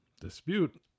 dispute